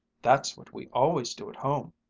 that's what we always do at home.